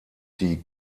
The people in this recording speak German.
die